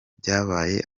byabaye